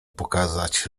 pokazać